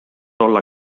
olla